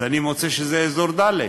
אז אני מוצא שזה אזור ד';